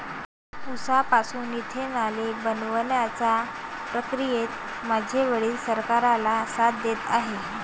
उसापासून इथेनॉल बनवण्याच्या प्रक्रियेत माझे वडील सरकारला साथ देत आहेत